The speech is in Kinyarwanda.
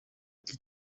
iki